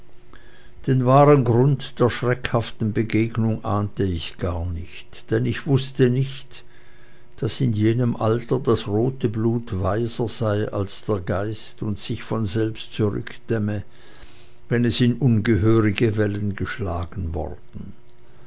den wahren grund der schreckhaften begebenheit ahnte ich gar nicht denn ich wußte nicht daß in jenem alter das rote blut weiser sei als der geist und sich von selbst zurückdämme wenn es in ungehörige wellen geschlagen worden